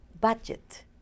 budget